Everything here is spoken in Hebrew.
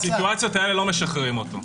בסיטואציות האלה לא משחררים אותו.